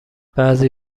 بعضی